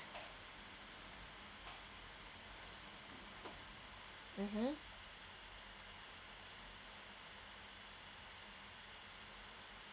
mmhmm